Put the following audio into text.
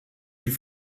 die